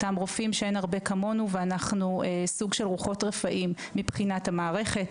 אותם רופאים שאין הרבה כמונו ואנחנו סוג של רוחות רופאים מבחינת המערכת